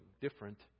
different